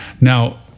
Now